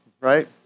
right